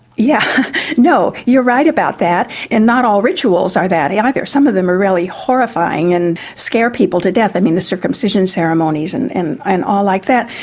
yeah you know you're right about that and not all rituals are that yeah either, some of them are really horrifying and scare people to death. i mean, the circumcision ceremonies and and and all like that.